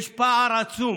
יש פער עצום